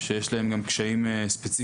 שיש להן גם קשיים ספציפיים,